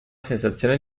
sensazione